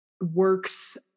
works